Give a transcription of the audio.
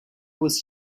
was